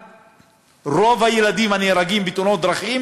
רוב הילדים שנהרגים בתאונות דרכים